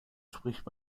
spricht